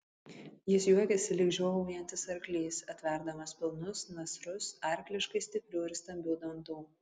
jis juokėsi lyg žiovaujantis arklys atverdamas pilnus nasrus arkliškai stiprių ir stambių dantų